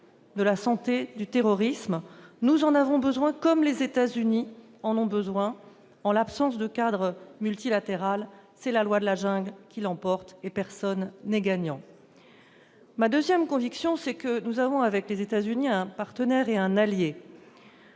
de la santé ou du terrorisme. Nous en avons besoin, comme les États-Unis en ont besoin. En l'absence d'un tel cadre, c'est la loi de la jungle qui l'emporte et personne n'est gagnant. Ma seconde conviction, c'est que les États-Unis sont pour nous un partenaire et un allié,